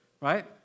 right